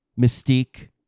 Mystique